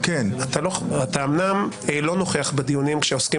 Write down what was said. אתה אומנם לא נוכח בדיונים כשעוסקים